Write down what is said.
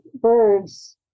birds